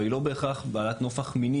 אבל היא לא בהכרח בעלת נופך מיני,